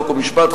חוק ומשפט,